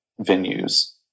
venues